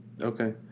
Okay